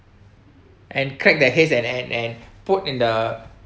and crack their heads and and and put in the